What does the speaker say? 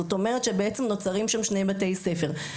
ובעצם נוצרים שני בתי ספר.